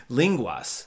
linguas